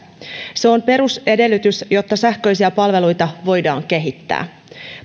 se on perusedellytys jotta sähköisiä palveluita voidaan kehittää